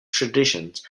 traditions